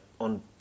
on